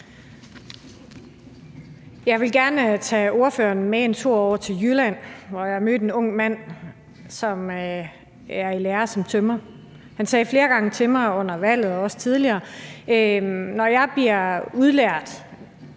Jeg vil gerne tage ordføreren med på en tur over til Jylland, hvor jeg har mødt en ung mand, som er i lære som tømrer. Han sagde flere gange til mig i forbindelse med valget og også tidligere: Når jeg bliver udlært